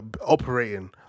operating